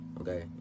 okay